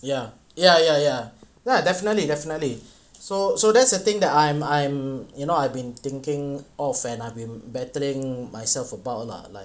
ya ya ya ya definitely definitely so so that's the thing that I'm I'm you know I have been thinking of and I've been battling myself about lah like